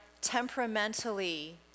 temperamentally